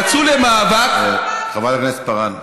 יצאו למאבק, חברת הכנסת פארן.